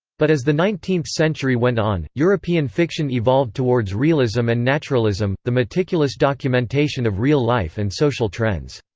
but as the nineteenth century went on, european fiction evolved towards realism and naturalism, the meticulous documentation of real life and social trends.